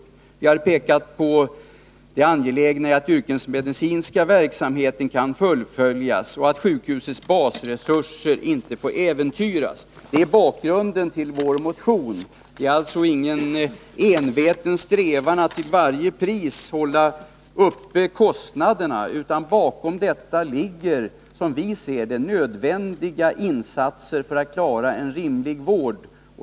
Vi har vidare pekat på det angelägna i att den yrkesmedicinska verksamheten kan fullföljas samt att sjukhusets basresurser inte får äventyras. Detta är bakgrunden till vår motion. Det är alltså inte fråga om någon enveten strävan att till varje pris hålla uppe kostnaderna, utan till grund för vår motion ligger de enligt vår mening nödvändiga insatserna för att klara en rimlig vård.